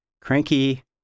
Cranky